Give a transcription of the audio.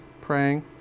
praying